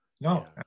no